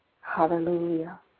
Hallelujah